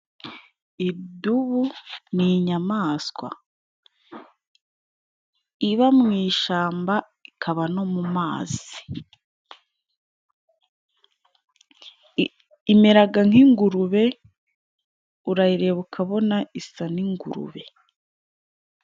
Idubu ni inyamaswa iba mu ishyamba ikaba no mu mazi. Imera nk'ingurube urayireba ukabona isa n'ingurube.